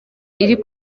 iri